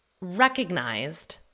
recognized